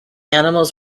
animals